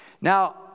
Now